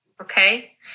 Okay